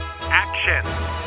Action